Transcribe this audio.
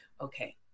Okay